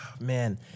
man